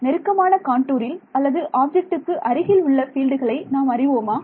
நெருக்கமான காண்டூரில் அல்லது ஆப்ஜெக்ட்டுக்கு அருகில் உள்ள உள்ள பீல்டுகளை நாம் அறிவோமா